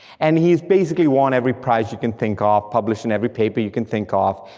and he's basically won every prize you can think of, published in every paper you can think of,